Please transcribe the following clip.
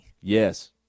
Yes